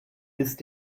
ist